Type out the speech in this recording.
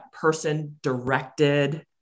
person-directed